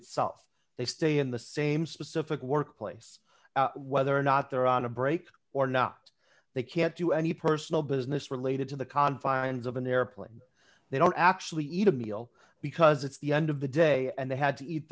itself they stay in the same specific work place whether or not they're on a break or not they can't do any personal business related to the confines of an airplane they don't actually eat a meal because it's the end of the day and they had to eat